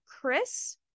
Chris